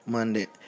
Monday